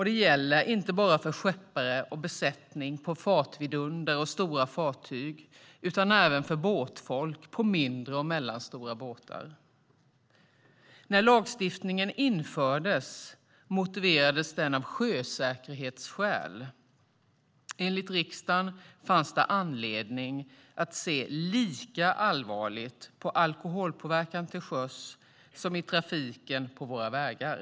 Det gäller inte bara för skeppare och besättning på stora fartyg utan även för båtfolk på mindre och mellanstora båtar. När lagstiftningen infördes motiverades den av sjösäkerhetsskäl. Enligt riksdagen fanns det anledning att se lika allvarligt på alkoholpåverkan till sjöss som i trafiken på våra vägar.